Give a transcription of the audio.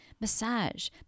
massage